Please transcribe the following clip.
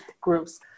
groups